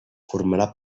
formarà